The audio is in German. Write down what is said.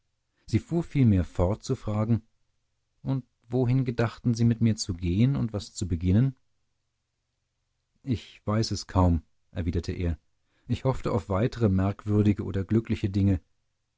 sie fuhr vielmehr fort zu fragen und wohin gedachten sie mit mir zu gehen und was zu beginnen ich weiß es kaum erwiderte er ich hoffte auf weitere merkwürdige oder glückliche dinge